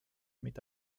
mit